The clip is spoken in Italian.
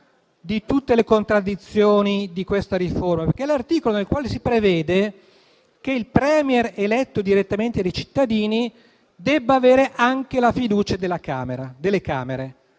di tutte le contraddizioni di questa riforma. In tale articolo si prevede infatti che il *Premier* eletto direttamente dai cittadini debba avere anche la fiducia delle Camere.